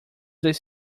das